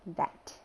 that